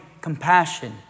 compassion